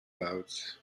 bouts